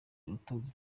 utoza